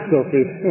office